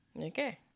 Okay